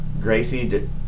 Gracie